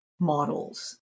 models